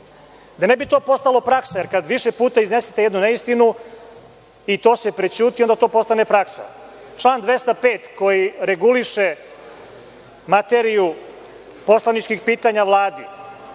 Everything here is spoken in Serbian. ne bi to postala praksa, jer kada više puta iznesete jednu neistinu i to se prećuti, onda to postane praksa. Član 205. koji reguliše materiju poslaničkih pitanja Vladi